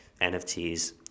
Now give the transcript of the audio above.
nfts